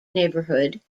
neighborhood